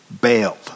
bailed